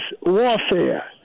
warfare